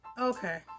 Okay